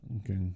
Okay